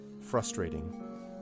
frustrating